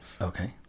Okay